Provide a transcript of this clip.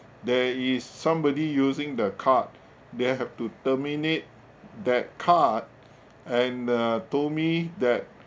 there is somebody using the card they have to terminate that card and uh told me that